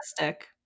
realistic